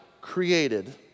created